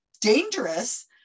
dangerous